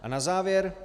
A na závěr.